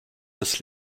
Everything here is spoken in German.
das